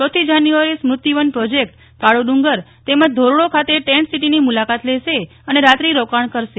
ચોથી જાન્યુઆરીએ સ્મૃતિવન પ્રોજેક્ટકાળો ડુંગર તેમજ ધોરડો ખાતે ટેન્ટ સીટીની મુલાકાત લેશે અને રાત્રિ રોકાણ કરશે